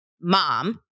mom